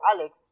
Alex